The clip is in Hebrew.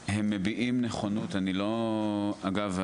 אגב,